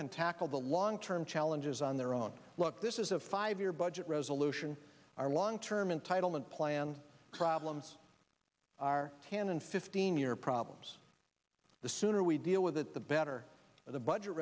can tackle the long term challenges on their own look this is a five year budget resolution our long term entitlement plan problems are can and fifteen your problems the sooner we deal with it the better the budget